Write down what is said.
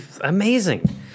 Amazing